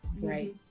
right